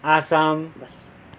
Assam